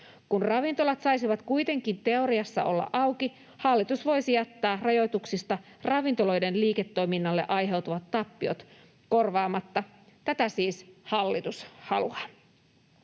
Kun ravintolat saisivat kuitenkin teoriassa olla auki, hallitus voisi jättää rajoituksista ravintoloiden liiketoiminnalle aiheutuvat tappiot korvaamatta. Tätä siis hallitus haluaa.